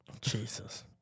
Jesus